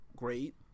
great